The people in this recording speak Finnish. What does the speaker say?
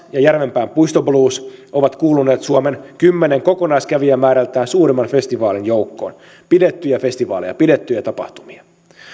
ja järvenpään puistoblues ovat kuuluneet suomen kymmenen kokonaiskävijämäärältään suurimman festivaalin joukkoon pidettyjä festivaaleja pidettyjä tapahtumia